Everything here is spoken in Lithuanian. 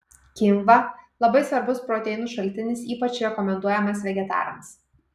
kynva labai svarbus proteinų šaltinis ypač rekomenduojamas vegetarams